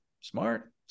smart